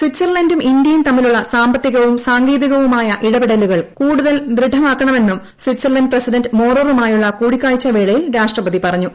സ്വിറ്റ്സർലങ്ടും ഇന്ത്യയും തമ്മിലുള്ള സാമ്പത്തികവും സാങ്കേതികവുമായ ഇടപ്പെട്ലുകൾ കൂടുതൽ ദൃഢമാക്കണമെന്നും സ്ഥിറ്റ്സർലന്റ് പ്രസിഡന്റ് മോററുമായുളള കൂടിക്കാഴ്ചാവേളയിൽ രാഷ്ട്രപതി പറഞ്ഞു